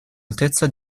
altezza